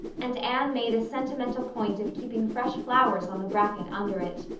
and anne made a sentimental point of keeping fresh flowers on the bracket under it.